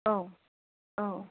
औ औ